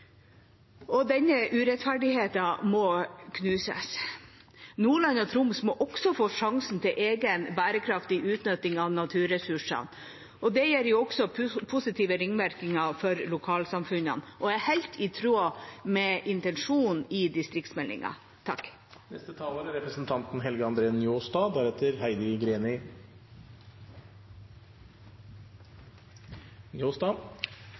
Denne urettferdigheten må knuses. Nordland og Troms må også få sjansen til egen bærekraftig utnytting av naturressursene. Det gir også positive ringvirkninger for lokalsamfunnene og er helt i tråd med intensjonen i distriktsmeldinga.